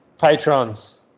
patrons